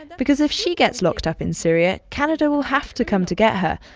because if she gets locked up in syria, canada will have to come to get her.